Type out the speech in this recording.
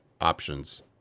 options